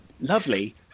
lovely